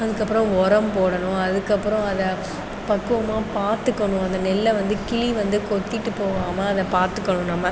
அதுக்கு அப்புறம் உரம் போடணும் அதுக்கு அப்புறம் அதை பக்குவமாக பார்த்துக்கணும் அந்த நெல்லை வந்து கிளி வந்து கொத்திகிட்டு போகாம அதை பார்த்துக்கணும் நம்ம